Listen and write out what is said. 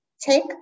Take